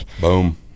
boom